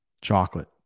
chocolate